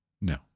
No